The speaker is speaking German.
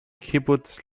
kibbuz